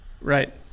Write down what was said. Right